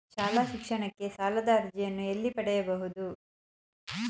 ಶಾಲಾ ಶಿಕ್ಷಣಕ್ಕೆ ಸಾಲದ ಅರ್ಜಿಯನ್ನು ಎಲ್ಲಿ ಪಡೆಯಬಹುದು?